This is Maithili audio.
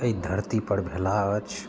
अइ धरतीपर भेला अछि